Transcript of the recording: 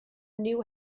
knew